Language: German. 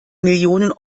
millionen